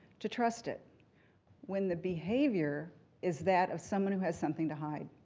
to trust it when the behavior is that of someone who has something to hide.